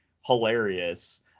hilarious